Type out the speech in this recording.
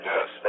Yes